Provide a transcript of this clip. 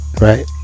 right